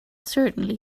certainly